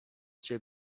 cię